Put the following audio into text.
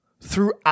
throughout